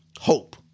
hope